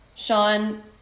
Sean